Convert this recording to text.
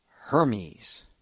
Hermes